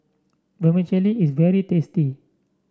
vermicelli is very tasty